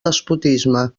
despotisme